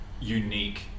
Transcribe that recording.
unique